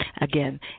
Again